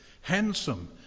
handsome